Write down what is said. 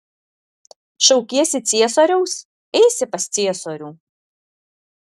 šaukiesi ciesoriaus eisi pas ciesorių